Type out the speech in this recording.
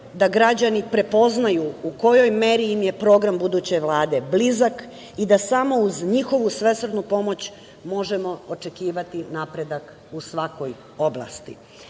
da građani prepoznaju u kojoj meri im je program buduće Vlade blizak i da samo uz njihovu svesrdnu pomoć možemo očekivati napredak u svakoj oblasti. Ne